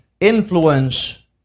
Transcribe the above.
influence